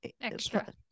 Extra